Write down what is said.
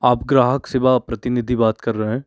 आप ग्राहक सेवा प्रतिनिधि बात कर रहे है